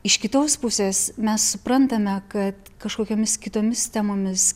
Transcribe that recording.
iš kitos pusės mes suprantame kad kažkokiomis kitomis temomis